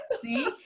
See